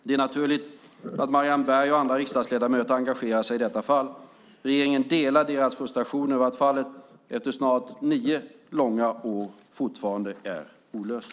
Det är naturligt att Marianne Berg och andra riksdagsledamöter engagerar sig i detta fall. Regeringen delar deras frustration över att fallet, efter snart nio långa år, fortfarande är olöst.